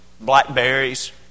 blackberries